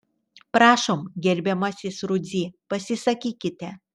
prašom gerbiamasis rudzy pasisakykite